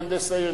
מהנדס העיר,